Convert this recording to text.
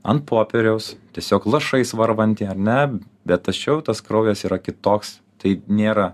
ant popieriaus tiesiog lašais varvantį ar ne bet tačiau tas kraujas yra kitoks tai nėra